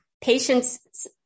Patients